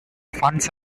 funds